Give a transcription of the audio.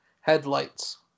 Headlights